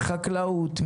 החקלאות,